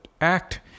act